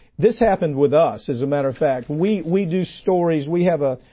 this happened with us, as a matter of fact. we we do stories, we have a,